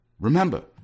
remember